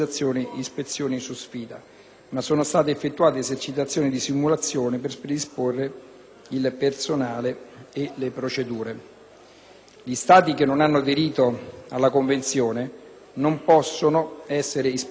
Gli Stati che non hanno aderito alla Convenzione non possono essere ispezionati dall'OPAC. È tuttavia previsto che l'Organizzazione renda disponibili i suoi mezzi alle Nazioni Unite, se queste lo richiedono.